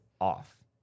off